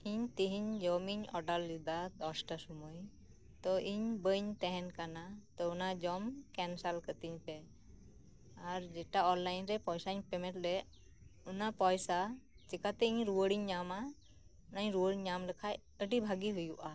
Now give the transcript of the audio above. ᱤᱧ ᱛᱮᱦᱮᱧ ᱡᱚᱢᱟᱜ ᱤᱧ ᱚᱰᱟᱨ ᱞᱮᱫᱟ ᱫᱚᱥᱴᱟ ᱥᱩᱢᱟᱹᱭ ᱛᱚ ᱤᱧ ᱵᱟᱹᱧ ᱛᱟᱦᱮᱱ ᱠᱟᱱᱟ ᱛᱚ ᱚᱱᱟ ᱡᱚᱢ ᱠᱮᱱᱥᱮᱞ ᱠᱟᱛᱤᱧ ᱯᱮ ᱟᱨ ᱡᱮᱴᱟ ᱚᱱᱞᱟᱭᱤᱱ ᱨᱮ ᱯᱚᱭᱥᱟᱧ ᱯᱮᱢᱮᱴ ᱞᱮᱜ ᱚᱱᱟ ᱯᱚᱭᱥᱟ ᱪᱮᱠᱟᱛᱮ ᱨᱩᱣᱟᱹᱲᱤᱧ ᱧᱟᱢᱟ ᱚᱱᱟ ᱨᱩᱣᱟᱹᱲᱤᱧ ᱧᱟᱢ ᱞᱮᱠᱷᱟᱡ ᱟᱰᱤ ᱵᱷᱟᱜᱤ ᱦᱩᱭᱩᱜᱼᱟ